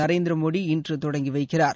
நரேந்திர மோடி இன்று தொடங்கி வைக்கிறார்